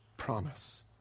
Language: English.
promise